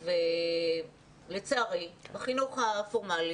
לצערי, החינוך הפורמלי